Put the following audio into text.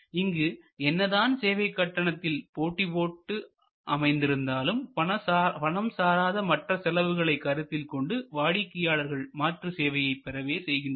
இங்கு என்னதான் சேவை கட்டணத்தில் போட்டி அமைந்திருந்தாலும் பணம் சாராத மற்ற செலவுகளை கருத்தில் கொண்டு வாடிக்கையாளர்கள் மாற்று சேவையை பெறவே செய்கின்றனர்